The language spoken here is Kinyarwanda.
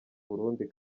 burundi